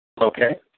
Okay